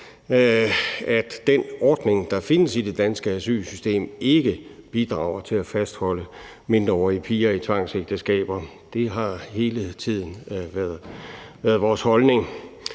at den ordning, der findes i det danske asylsystem, ikke bidrager til at fastholde mindreårige piger i tvangsægteskaber. Det har hele tiden været vores holdning.